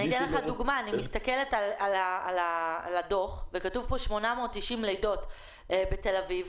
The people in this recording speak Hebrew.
אני מסתכלת על הדוח וכתוב כאן 890 לידות בתל אביב,